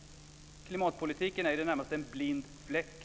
Klimatpolitiken är ju för dem närmast en blind fläck.